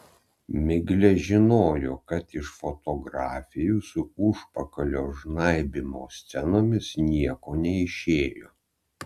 miglė žinojo kad iš fotografijų su užpakalio žnaibymo scenomis nieko neišėjo